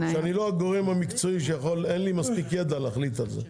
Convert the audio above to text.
אני לא הגורם המקצועי שיכול להחליט על זה,